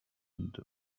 and